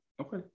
Okay